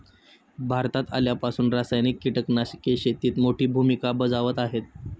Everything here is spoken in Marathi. भारतात आल्यापासून रासायनिक कीटकनाशके शेतीत मोठी भूमिका बजावत आहेत